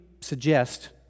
suggest